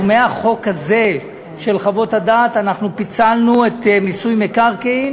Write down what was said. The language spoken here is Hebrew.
מהחוק הזה של חוות הדעת אנחנו פיצלנו את מיסוי מקרקעין,